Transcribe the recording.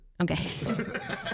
Okay